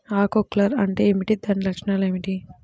ఆకు కర్ల్ అంటే ఏమిటి? దాని లక్షణాలు ఏమిటి?